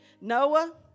Noah